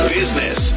business